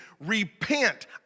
repent